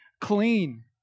clean